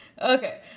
Okay